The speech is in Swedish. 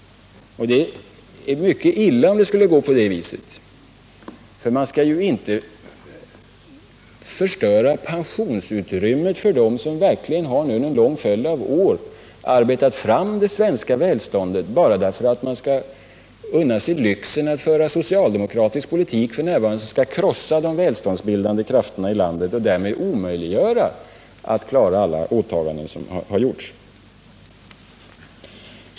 Det vore mycket beklagligt, om det skulle gå på det viset. Man skall väl inte förstöra pensionsutrymmet för dem som under en lång följd av år verkligen har arbetat fram det svenska välståndet bara för att man skall unna sig lyxen att föra en socialdemokratisk politik, som krossar de välståndsbildande krafterna i landet och därmed gör det omöjligt att fullgöra alla åtaganden som har gjorts.